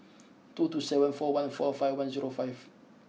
two two seven four one four five one zero five